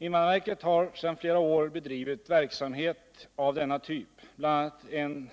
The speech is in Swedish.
Invandrarverket har sedan flera år tillbaka bedrivit verksamhet av denna typ, bl.a. en